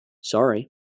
Sorry